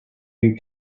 you